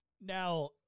Now